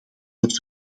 het